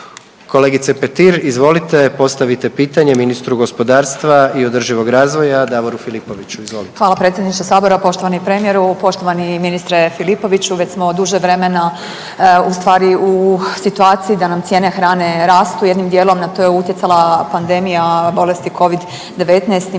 Kolegice Petir, izvolite, postavite pitanje ministru gospodarstva i održivog razvoja Davoru Filipoviću, izvolite. **Petir, Marijana (Nezavisni)** Hvala predsjedniče Sabora, poštovani premijeru, poštovani ministre Filipoviću. Već smo duže vremena ustvari u situaciji da nam cijene hrane rastu, jednim dijelom, na to je utjecala pandemija bolesti Covid-19,